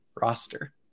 roster